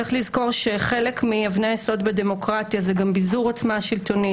צריך לזכור שחלק מאבני היסוד בדמוקרטיה זה גם ביזור עוצמה שלטונית,